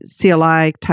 CLI-type